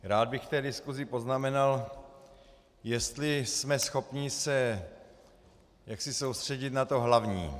Rád bych k diskusi poznamenal, jestli jsme schopni se jaksi soustředit na to hlavní.